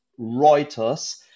Reuters